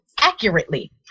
accurately